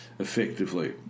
effectively